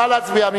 נא להצביע.